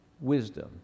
wisdom